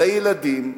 לילדים,